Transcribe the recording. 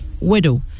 Widow